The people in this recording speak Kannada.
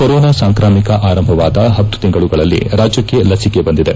ಕೋರೋನಾ ಸಾಂಕ್ರಾಮಿಕ ಆರಂಭವಾದ ಹತ್ತು ತಿಂಗಳುಗಳಲ್ಲಿ ರಾಜ್ಯಕ್ಷೆ ಲಸಿಕೆ ಬಂದಿದೆ